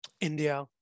India